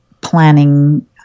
planning